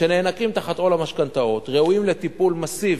שנאנקים תחת עול המשכנתאות ראויים לטיפול מסיבי,